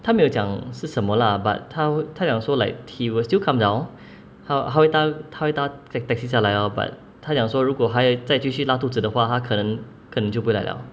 他没有讲是什么啦 but 他他讲说 like he will still come down 他他回搭他会搭 take taxi 下来哦 but 他讲说如果还在继续拉肚子的话他可能可能就不会来了